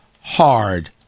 hard